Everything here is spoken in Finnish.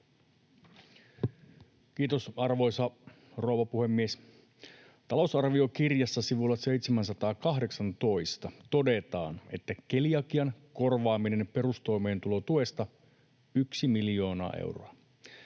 Kiitos, arvoisa rouva puhemies! Talousarviokirjassa sivulla 718 todetaan, että ”keliakian korvaaminen perustoimeentulotuesta yksi miljoonaa euroa”.